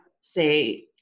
say